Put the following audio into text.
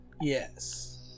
yes